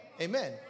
Amen